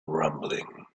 rumbling